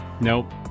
Nope